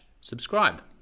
subscribe